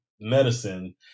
medicine